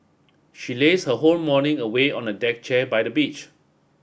she laze her whole morning away on a deck chair by the beach